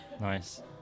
Nice